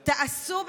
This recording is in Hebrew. תעשו,